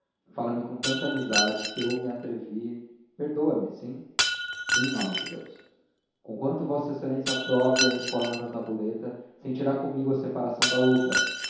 comigo fala-me com tanta amizade que eu me atrevi perdoa-me sim sim homem de deus conquanto v exa aprove a reforma da tabuleta sentirá comigo a separação da outra